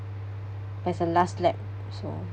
but it's the last lap so